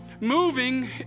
moving